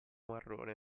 marrone